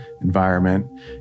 environment